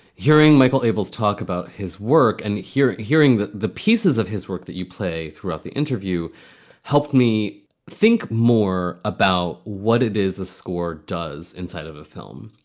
hearing michael able's talk about his work and hearing hearing the the pieces of his work that you play throughout the interview helped me think more about what it is a score does inside of a film.